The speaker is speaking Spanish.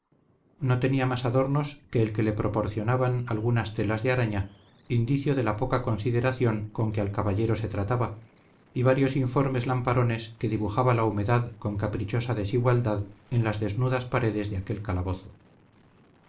no tenía más adornos que el que le proporcionaban algunas telas de araña indicio de la poca consideración con que al caballero se trataba y varios informes lamparones que dibujaba la humedad con caprichosa desigualdad en las desnudas paredes de aquel calabozo